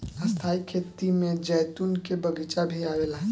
स्थाई खेती में जैतून के बगीचा भी आवेला